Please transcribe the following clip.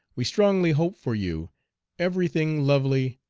we strongly hope for you every thing lovely,